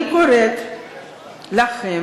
אני קוראת לכם,